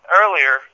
earlier